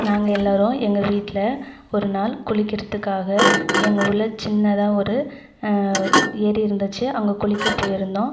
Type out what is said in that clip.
நாங்கள் எல்லாரும் எங்கள் வீட்டில் ஒரு நாள் குளிக்கறத்துக்காக எங்கள் ஊரில் சின்னதாக ஒரு ஏரி இருந்துச்சு அங்கே குளிக்க போயிருந்தோம்